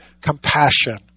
compassion